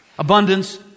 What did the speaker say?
Abundance